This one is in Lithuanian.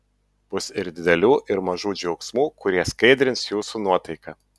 bus ir didelių ir mažų džiaugsmų kurie skaidrins jūsų nuotaiką